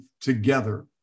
together